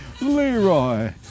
Leroy